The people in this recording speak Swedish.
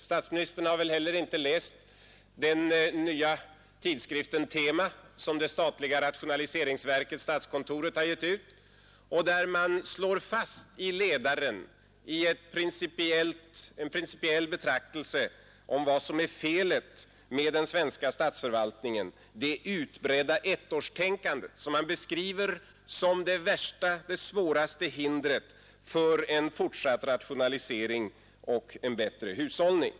Statsministern har väl heller inte läst den nya tidskriften Tema, som det statliga rationaliseringsverket statskontoret har gett ut och där man på ledarplats i en principiell betraktelse om vad som är felet med den svenska statsförvaltningen slår fast att det är det utbredda ettårstänkandet. Detta beskrivs som det svåraste hindret för en fortsatt rationalisering och en bättre hushållning.